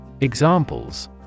Examples